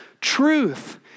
truth